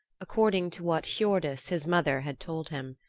according to what hiordis, his mother, had told him.